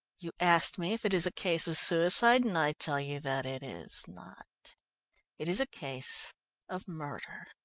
you asked me if it is a case of suicide, and i tell you that it is not it is a case of murder.